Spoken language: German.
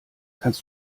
kannst